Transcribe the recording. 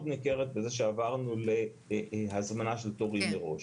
ניכרת בזה שעברנו להזמנה של תורים מראש.